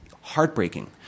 heartbreaking